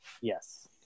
Yes